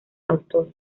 autor